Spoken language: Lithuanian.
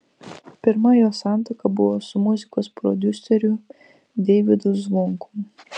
pirma jos santuoka buvo su muzikos prodiuseriu deivydu zvonkum